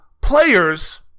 players